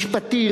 משפטי,